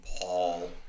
Paul